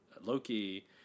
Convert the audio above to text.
Loki